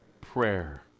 prayer